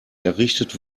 errichtet